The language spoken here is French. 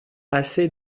assez